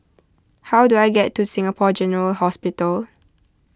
how do I get to Singapore General Hospital